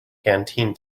canteen